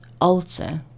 alter